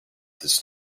this